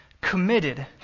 committed